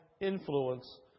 influence